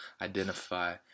identify